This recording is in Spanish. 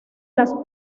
las